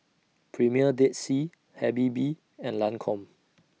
Premier Dead Sea Habibie and Lancome